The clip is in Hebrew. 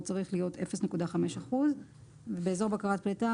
אז הוא צריך לעמוד על 0.5%. באזור בקרת פליטה